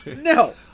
No